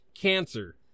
Cancer